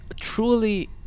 truly